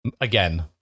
again